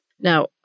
Now